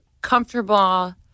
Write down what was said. comfortable